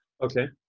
Okay